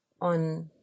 on